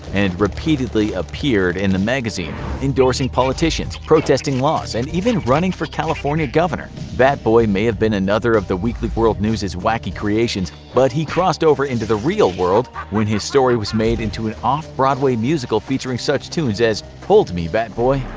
and repeatedly appeared in the magazine endorsing politicians, protesting laws, and even running for california governor. bat boy may have been another of the weekly world news' wacky creations, but he crossed over into the real world when his story was made into an off-broadway musical featuring such tunes as hold me, bat boy.